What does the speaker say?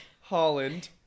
Holland